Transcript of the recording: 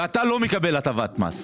והוא לא מקבל הטבת מס.